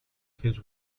his